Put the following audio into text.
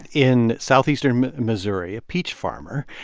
in southeastern missouri, a peach farmer.